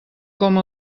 com